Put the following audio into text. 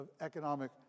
economic